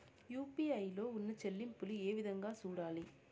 UPI లో ఉన్న చెల్లింపులు ఏ విధంగా సూడాలి